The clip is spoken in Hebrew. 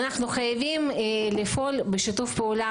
אנחנו חייבים לפעול בשיתוף פעולה,